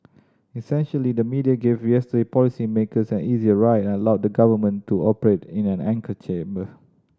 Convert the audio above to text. essentially the media gave yesterday policy makers an easier ride and allowed the government to operate in an echo chamber